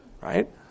right